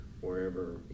wherever